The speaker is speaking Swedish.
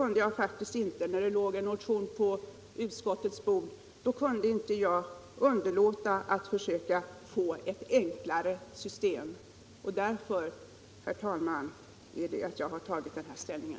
När det sedan kom en motion på utskottets bord kunde jag inte underlåta att försöka medverka till att vi får ett enklare system. Därför, herr talman, har jag intagit den här ståndpunkten.